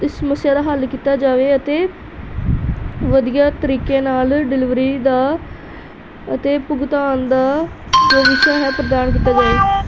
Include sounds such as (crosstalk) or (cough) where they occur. ਇਸ ਸਮੱਸਿਆ ਦਾ ਹੱਲ ਕੀਤਾ ਜਾਵੇ ਅਤੇ ਵਧੀਆ ਤਰੀਕੇ ਨਾਲ ਡਿਲੀਵਰੀ ਦਾ ਅਤੇ ਭੁਗਤਾਨ ਦਾ (unintelligible) ਪ੍ਰਦਾਨ ਕੀਤਾ ਜਾਏ